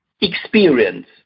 experience